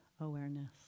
awareness